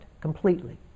completely